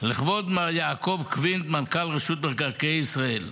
לכבוד מר יעקב קווינט, מנכ״ל רשות מקרקעי ישראל.